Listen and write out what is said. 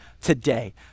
today